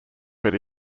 but